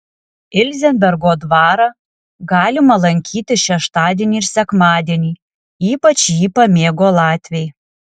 ilzenbergo dvarą galima lankyti šeštadienį ir sekmadienį ypač jį pamėgo latviai